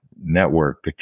network